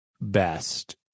best